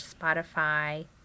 Spotify